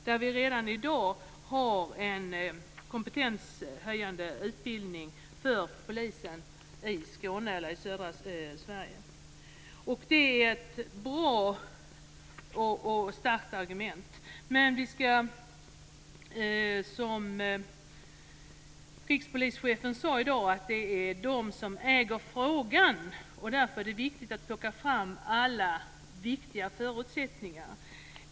Där finns redan i dag en komptenshöjande utbildning för polisen i södra Sverige. Det är ett bra och starkt argument. Men, som rikspolischefen sade i dag, är det de som äger frågan, och därför är det viktigt att plocka fram alla viktiga förutsättningar.